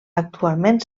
actualment